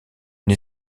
une